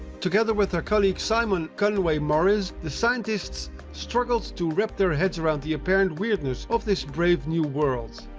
together with their colleague simon conway morris, the scientists struggled to wrap their heads around the apparent weirdness of this brave new world.